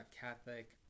Catholic